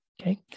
okay